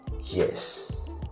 yes